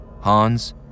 Hans